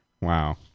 Wow